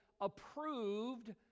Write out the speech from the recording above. approved